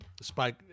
Spike